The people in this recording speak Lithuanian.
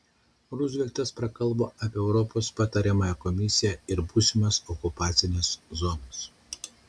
ruzveltas prakalbo apie europos patariamąją komisiją ir būsimas okupacines zonas